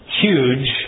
Huge